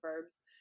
verbs